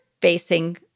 facing